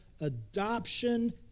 adoption